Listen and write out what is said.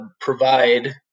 provide